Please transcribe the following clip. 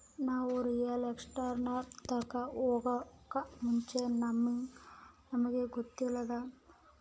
ನಾವು ರಿಯಲ್ ಎಸ್ಟೇಟ್ನೋರ್ ತಾಕ ಹೊಗಾಕ್ ಮುಂಚೆಗೆ ನಮಿಗ್ ಗೊತ್ತಿಲ್ಲದಂಗ ಮೋಸ ಹೊಬಾರ್ದಂತ ನಾಕ್ ಜನರ್ತಾಕ ಅವ್ರ ಬಗ್ಗೆ ತಿಳ್ಕಬಕು